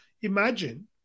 Imagine